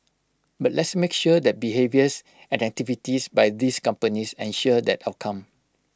but let's make sure that behaviours and activities by these companies ensure that outcome